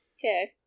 okay